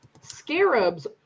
scarabs